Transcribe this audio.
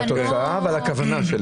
אני דיברתי על התוצאה ועל הכוונה.